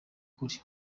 kuri